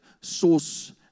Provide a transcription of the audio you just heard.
source